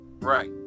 Right